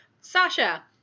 Sasha